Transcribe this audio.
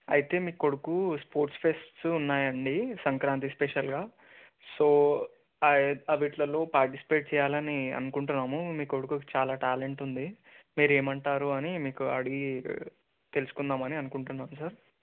అయితే మీ కొడుకు స్పోర్ట్స్ ఫెస్ట్స్ ఉన్నాయి అండి సంక్రాంతి స్పెషల్గా సో అవి అవీట్లలో పార్టిసిపేట్ చేయాలని అనుకుంటున్నాము మీ కొడుకుకి చాలా టాలెంట్ ఉంది మీరేమి అంటారో అని మీకు అడిగి తెలుసుకుందామని అనుకుంటున్నాము సార్